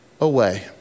away